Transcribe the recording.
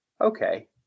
Okay